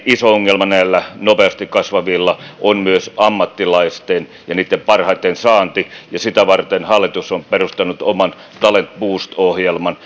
iso ongelma näillä nopeasti kasvavilla on myös ammattilaisten ja niitten parhaitten saanti ja sitä varten hallitus on perustanut oman talent boost ohjelman